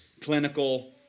clinical